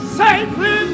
safely